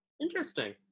Interesting